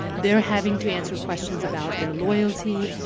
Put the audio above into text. they're having to answer questions about their loyalty,